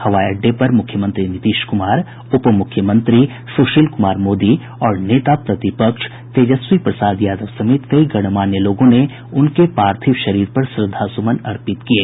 हवाई अड्डे पर मुख्यमंत्री नीतीश कुमार उप मुख्यमंत्री सुशील कुमार मोदी और नेता प्रतिपक्ष तेजस्वी प्रसाद यादव समेत कई गणमान्य लोगों ने उनके पार्थिव शरीर पर श्रद्धासमुन अर्पित किये